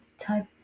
type